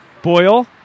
Boyle